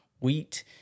wheat